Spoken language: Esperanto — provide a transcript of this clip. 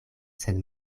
sed